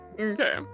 Okay